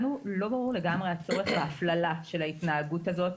לנו לא ברור לגמרי צורך ההפללה של ההתנהגות הזאת,